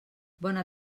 bona